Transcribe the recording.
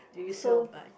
so